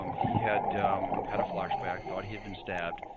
um he had had a flashback, thought he had been stabbed,